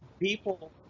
People